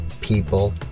people